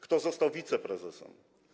Kto został wiceprezesem?